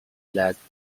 lies